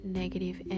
negative